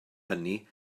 hynny